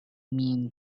mean